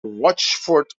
rochefort